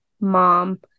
mom